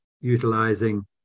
utilizing